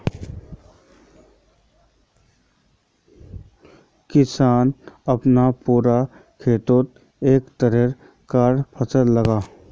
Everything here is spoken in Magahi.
किसान अपना पूरा खेतोत एके तरह कार फासला लगाः